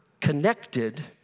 connected